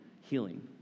healing